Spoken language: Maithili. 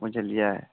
बुझलियै